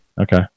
Okay